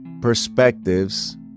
perspectives